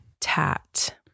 tat